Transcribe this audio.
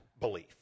belief